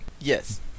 Yes